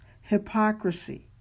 hypocrisy